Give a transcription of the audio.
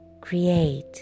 Create